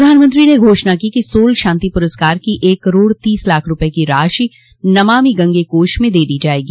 प्रधानमंत्री ने घोषणा की कि सोल शांति पुरस्कार की एक करोड़ तीस लाख रूपए की राशि नमामि गंगे कोष में दे दी जाएगी